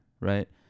right